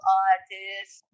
artists